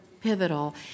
pivotal